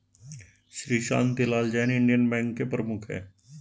Shri Shantilal Jain Indian bank के प्रमुख है